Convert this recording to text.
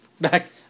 back